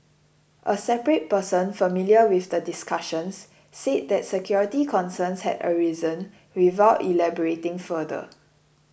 a separate person familiar with the discussions said that security concerns had arisen without elaborating further